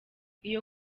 iyo